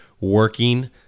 working